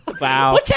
wow